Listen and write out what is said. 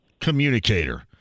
communicator